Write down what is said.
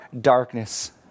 darkness